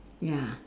ya